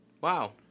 wow